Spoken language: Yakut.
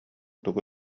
тугу